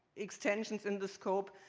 extensions in the scope,